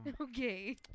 okay